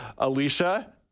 Alicia